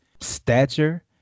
stature